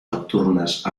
nocturnas